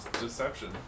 deception